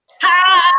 Hi